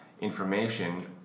information